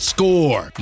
Score